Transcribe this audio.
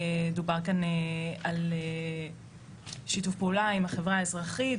דובר כאן על שיתוף פעולה עם החברה האזרחית